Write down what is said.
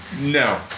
No